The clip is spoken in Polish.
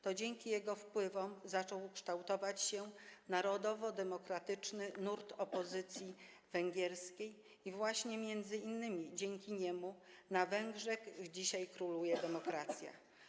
To dzięki jego wpływom zaczął kształtować się narodowo-demokratyczny nurt opozycji węgierskiej i właśnie m.in. dzięki niemu na Węgrzech dzisiaj króluje demokracja.